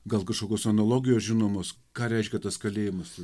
gal kažkokios analogijos žinomos ką reiškia tas kalėjimas